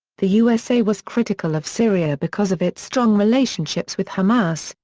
the usa was critical of syria because of its strong relationships with hamas,